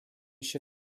się